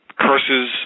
Curses